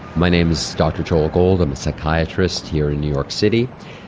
my name is dr joel gold, i'm a psychiatrist here in new york city.